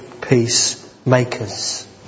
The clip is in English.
peacemakers